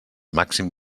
màxim